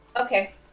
Okay